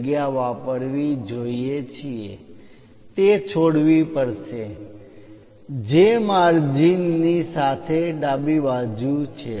જગ્યા વાપરવા જઈએ છીએ તે છોડવી પડશે જે માર્જિનની સાથે ડાબી બાજુ છે